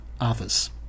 others